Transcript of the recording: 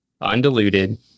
undiluted